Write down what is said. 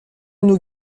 nous